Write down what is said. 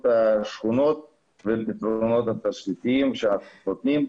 השכונות והפתרונות התשתיתיים שנותנים.